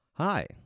Hi